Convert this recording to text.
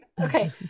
Okay